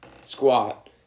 squat